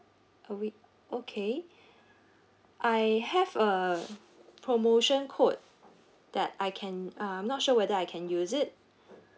a week okay I have a promotion code that I can uh I'm not sure whether I can use it